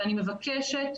ואני מבקשת,